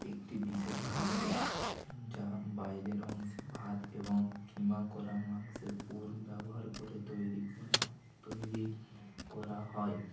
একটি বিশেষ খাদ্য যা বাইরের অংশে ভাত এবং কিমা করা মাংসের পুর ব্যবহার করে তৈরি করা তৈরি করা হয়